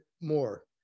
More